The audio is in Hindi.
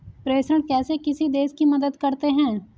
प्रेषण कैसे किसी देश की मदद करते हैं?